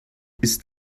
ist